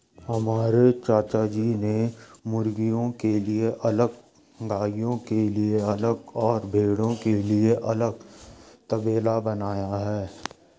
हमारे चाचाजी ने मुर्गियों के लिए अलग गायों के लिए अलग और भेड़ों के लिए अलग तबेला बनाया है